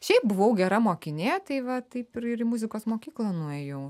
šiaip buvau gera mokinė tai va taip ir ir į muzikos mokyklą nuėjau